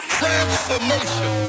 transformation